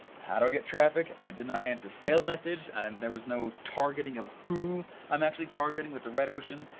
how do we get traffic? and i did not answer sales message. and and there was no targeting of who i'm actually targeting with the red ocean.